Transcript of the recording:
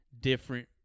different